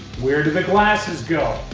where do the glasses go?